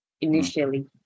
initially